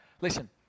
Listen